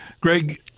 Greg